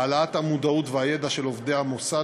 העלאת המודעות והידע של עובדי המוסד